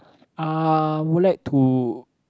I would like to